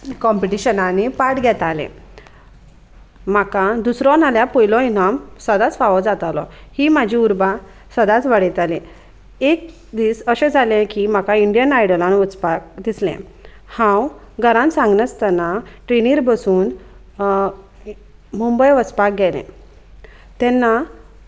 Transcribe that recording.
कॉम्पिटिशनांनी part घेतालें म्हाका दुसरो नाल्यार पयलो इनाम सदांच फावो जातालो ही म्हाजी उर्बा सदांच वाडयताली एक दीस अशें जालें की म्हाका इंडियन आयडलान वचपाक दिसलें हांव घरान सांगनासतना ट्रेनीर बसून मुंबय वचपाक गेलें तेन्ना